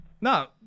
no